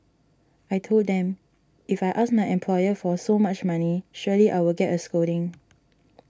I told them if I ask my employer for so much money surely I will get a scolding